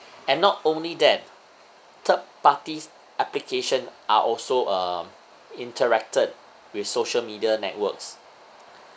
and not only that third parties application are also uh interacted with social media networks